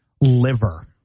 liver